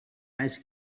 ice